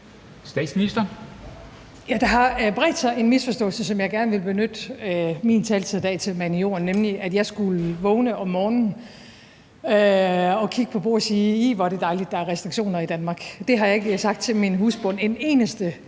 Frederiksen): Der har bredt sig en misforståelse, som jeg gerne vil benytte min taletid i dag til at mane i jorden, nemlig at jeg skulle vågne om morgenen og kigge på Bo og sige: Ih, hvor er det dejligt, at der er restriktioner i Danmark. Det har jeg ikke sagt til min husbond en eneste